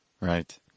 Right